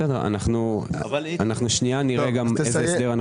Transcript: היום ומה אתם